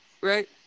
Right